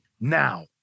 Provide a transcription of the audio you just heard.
now